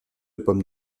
pommes